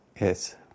Yes